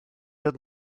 dod